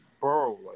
bro